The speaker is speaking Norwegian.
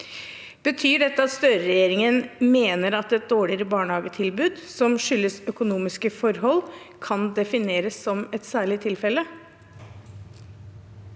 Betyr dette at Støre-regjeringen mener at et dårligere barnehagetilbud som skyldes økonomiske forhold, kan defineres som et særlig tilfelle?